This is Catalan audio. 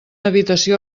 habitació